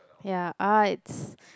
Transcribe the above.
ya ah it's